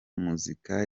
muzika